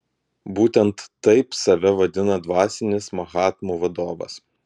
būtent taip save vadina dvasinis mahatmų vadovas